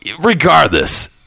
regardless